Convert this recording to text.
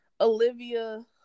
Olivia